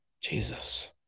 Jesus